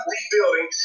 Rebuilding